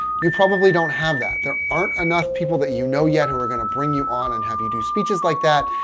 you probably don't have that. there aren't enough people that you know yet who are going to bring you on and have you do speeches like that.